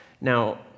Now